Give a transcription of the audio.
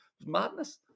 Madness